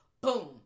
boom